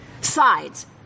sides